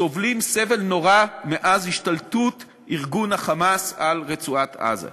סובלים סבל נורא מאז השתלטות ארגון ה"חמאס" על רצועת-עזה.